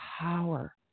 power